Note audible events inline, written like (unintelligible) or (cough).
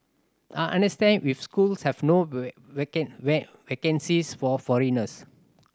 I understand if schools have no (unintelligible) vacancies for foreigners